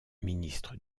ministre